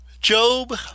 Job